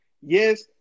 Yes